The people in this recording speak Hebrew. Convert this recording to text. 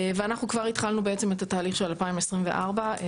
אנחנו כבר התחלנו בעצם את התהליך של 2024 בפרסום